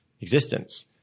existence